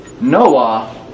Noah